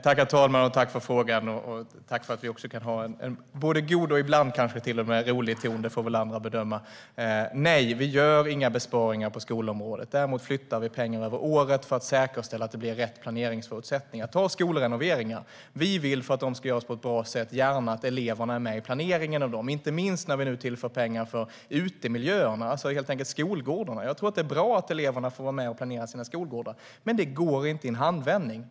Herr talman! Tack för frågan! Jag tackar också för att vi kan ha en både god och ibland kanske till och med rolig ton - det får andra bedöma. Nej, vi gör inga besparingar på skolområdet. Däremot flyttar vi pengar över året för att säkerställa att det blir rätt planeringsförutsättningar. Låt oss ta skolrenoveringarna. Vi vill gärna att eleverna är med i planeringen av dessa för att de ska göras på ett bra sätt, inte minst när vi nu tillför pengar för utemiljöer - skolgårdar, helt enkelt. Jag tror att det är bra att eleverna får vara med och planera sina skolgårdar, men det går inte i en handvändning.